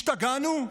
השתגענו?